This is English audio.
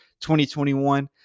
2021